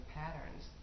patterns